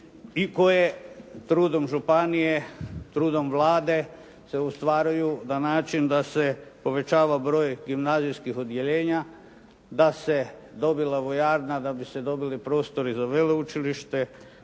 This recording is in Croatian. i koje trudom županije, trudom Vlade se ostvaruju na način da se povećava broj gimnazijskih odjeljenja, da se dobila vojarna, da bi se dobili prostori za veleučilište,